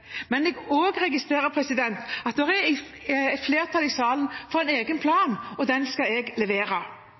Men jeg registrerer også at det er flertall i salen for en egen plan, og den skal jeg levere.